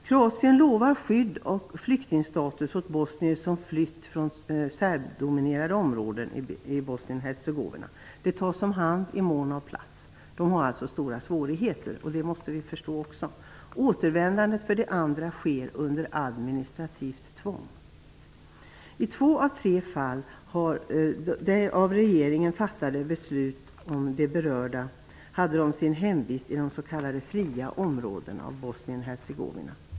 Kroatien lovar skydd och flyktingstatus åt bosnier som flytt från serbdominerade områden i Bosnien-Hercegovina, och de tas om hand i mån av plats. Man har där stora svårigheter, och det måste vi också förstå. De andras återvändande sker under administrativt tvång. I två av tre fall som regeringen fattat beslut om hade de berörda sin hemvist i de s.k. fria områdena i Bosnien-Hercegovina.